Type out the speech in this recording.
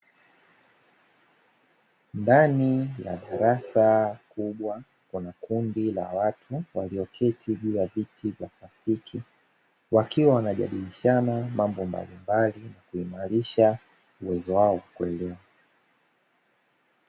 Ndani ya darasa kubwa, kuna kundi la watu walioketi juu ya viti vya plastiki, wakiwa wanabadilishana mambo mbalimbali kuimarisha uwezo wao wa kuelewa.